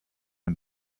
and